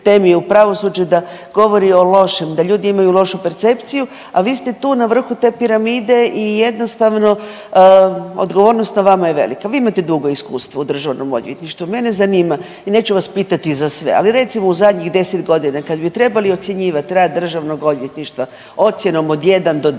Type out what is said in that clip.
o pravosuđe, da govori o lošem, da ljudi imaju lošu percepciju, a vi ste tu na vrhu te piramide i jednostavno, odgovornost na vama je velika. Vi imate dugo iskustvo u DORH-u, mene zanima i neću vas pitati za sve, ali recimo, u zadnjih 10 godina, kad bi trebali ocjenjivati rad DORH-a, ocjenom od 1 do 10,